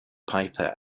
piper